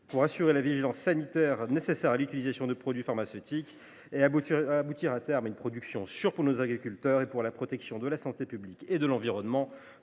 pour assurer la vigilance sanitaire nécessaire à l’utilisation de produits phytopharmaceutiques et aboutir, à terme, à une production sûre pour nos agriculteurs, tout en protégeant la santé publique et l’environnement.